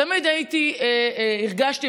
תמיד הרגשתי,